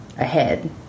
ahead